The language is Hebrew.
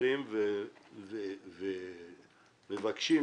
חוזרים ומבקשים,